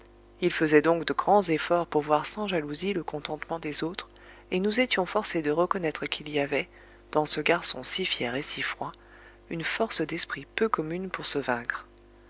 il faisait donc de grand efforts pour voir sans jalousie le contentement des autres et nous étions forcés de reconnaître qu'il y avait dans ce garçon si fier et si froid une force d'esprit peu commune pour se vaincre